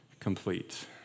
Complete